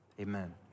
Amen